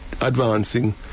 advancing